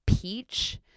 peach